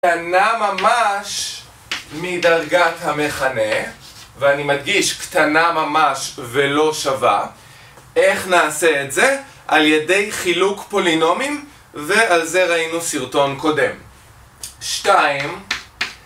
קטנה ממש מדרגת המכנה, ואני מדגיש קטנה ממש ולא שווה, איך נעשה את זה? על ידי חילוק פולינומים, ועל זה ראינו סרטון קודם. שתיים